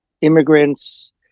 immigrants